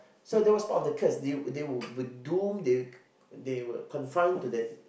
so that was part of the curse they were they were doomed they were they were confined to that